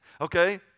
Okay